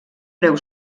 breu